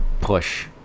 push